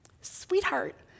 Sweetheart